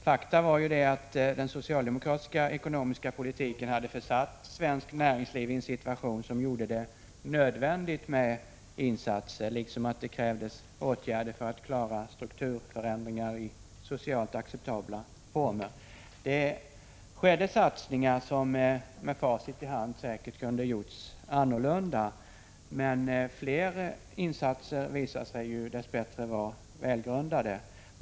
Fakta var att den socialdemokratiska ekonomiska politiken hade försatt svenskt näringsliv i en situation som gjorde det nödvändigt med insatser liksom det krävdes åtgärder för att i socialt acceptabla former klara strukturförändringar som säkert kunde ha gjorts annorlunda — det kan man konstatera med facit i hand. Men flera insatser visade sig dess bättre välgrundade.